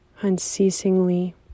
unceasingly